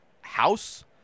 house